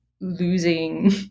losing